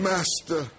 Master